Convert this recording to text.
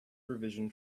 revision